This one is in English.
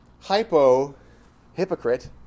hypo-hypocrite